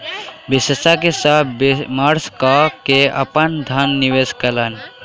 विशेषज्ञ सॅ विमर्श कय के ओ अपन धन निवेश कयलैन